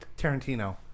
Tarantino